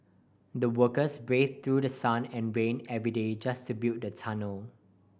the workers braved through the sun and rain every day just to build the tunnel